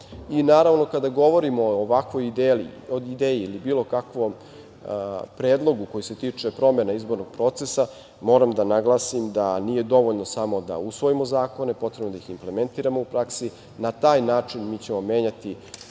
procesa. Naravno, kada govorimo o ovakvoj ideji ili bilo kakvom predlogu koji se tiče promene izbornog procesa, moram da naglasim da nije dovoljno samo da usvojimo zakone, potrebno je da ih implementiramo u praksi. Na taj način mi ćemo menjati